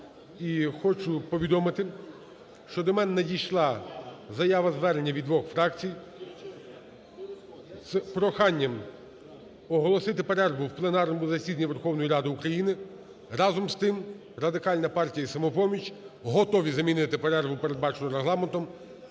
хочу повідомити, що до мене надійшла заява-звернення від двох фракцій з проханням оголосити перерву в пленарному засіданні Верховної Ради України. Разом з тим, Радикальна партія і "Самопоміч" готові замінити перерву, передбачену Регламентом,